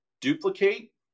duplicate